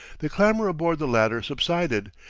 the clamor aboard the latter subsided,